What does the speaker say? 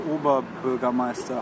Oberbürgermeister